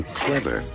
clever